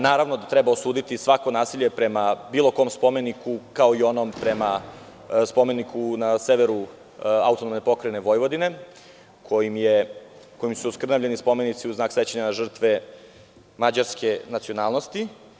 Naravno da treba osuditi svako nasilje prema bilo kom spomeniku, kao i onom spomeniku na severu AP Vojvodine, kojim su oskrnavljeni spomenici u znak sećanja na žrtve mađarske nacionalnosti.